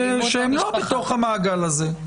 שהם לא בתוך המעגל הזה.